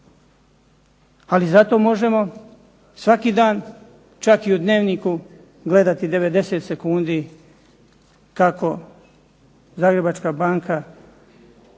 Ali zato možemo svaki dan, čak i u dnevniku gledati "90 sekundi" kako Zagrebačka banka